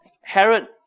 Herod